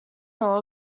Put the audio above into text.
nor